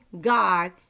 God